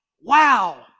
wow